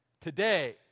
today